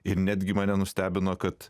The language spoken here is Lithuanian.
ir netgi mane nustebino kad